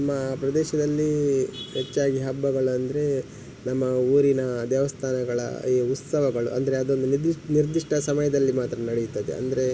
ನಮ್ಮ ಪ್ರದೇಶದಲ್ಲಿ ಹೆಚ್ಚಾಗಿ ಹಬ್ಬಗಳೆಂದ್ರೆ ನಮ್ಮ ಊರಿನ ದೇವಸ್ಥಾನಗಳ ಈ ಉತ್ಸವಗಳು ಅಂದರೆ ಅದನ್ನು ನಿರ್ದಿಷ್ಟ ಸಮಯದಲ್ಲಿ ಮಾತ್ರ ನಡೆಯುತ್ತದೆ ಅಂದರೆ